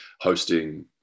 hosting